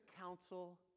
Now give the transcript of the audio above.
counsel